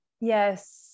Yes